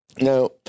Now